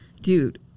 dude